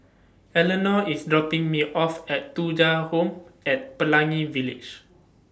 Eleanore IS dropping Me off At Thuja Home At Pelangi Village